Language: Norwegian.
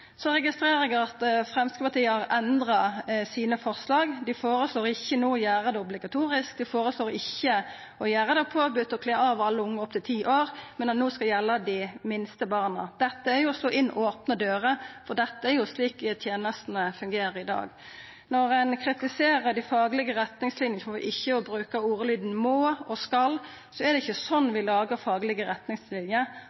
registrerer at Framstegspartiet har endra forslaga sine. No føreslår dei ikkje å gjera det obligatorisk, dei føreslår ikkje å gjera det påbode å kle av alle ungar opp til ti år, men det skal gjelda dei minste barna. Dette er å slå inn opne dører, for det er jo slik tenestene fungerer i dag. Til det at ein kritiserer at ein i dei faglege retningslinjene ikkje brukar ordlydane «må» og «skal», er det å seia at det er ikkje